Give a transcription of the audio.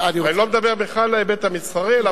ואני לא מדבר בכלל על ההיבט המסחרי אלא על הפרוצדורה של הדיון.